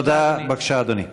תודה, אדוני.